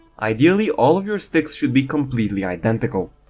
ideally, all of your sticks should be completely identical.